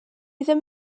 ddim